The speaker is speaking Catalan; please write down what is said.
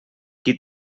qui